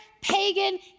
pagan